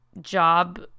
job